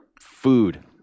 Food